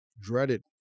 dreaded